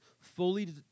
fully